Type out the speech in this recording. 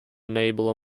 enable